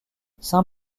saint